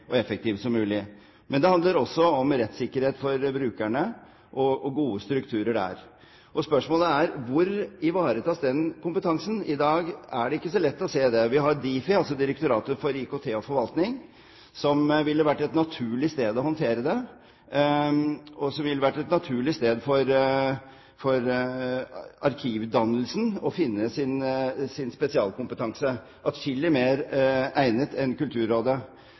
og så effektiv som mulig. Men det handler også om rettssikkerhet for brukerne og gode strukturer der. Spørsmålet er: Hvor ivaretas den kompetansen? I dag er det ikke så lett å se det. Difi, Direktoratet for forvaltning og IKT, ville vært et naturlig sted å håndtere det, og det ville vært et naturlig sted for arkivdannelsen å finne sin spesialkompetanse – atskillig mer egnet enn Kulturrådet.